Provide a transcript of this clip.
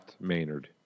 Maynard